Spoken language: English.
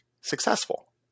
successful